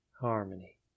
harmony